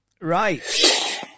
right